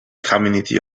community